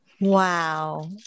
Wow